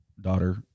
daughter